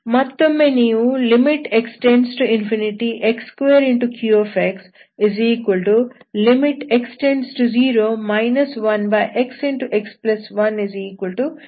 ಮತ್ತೊಮ್ಮೆ ನೀವು x→0 x2qxx→0 1xx1∞ ಈ ಮಿತಿಯನ್ನು ನೋಡಬಹುದು